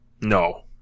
No